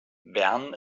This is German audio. bern